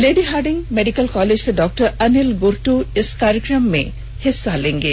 lady Hardinge medical college के doctor Anil Gurtu इस कार्यक्रम में हिस्सा लेंगे